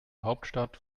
hauptstadt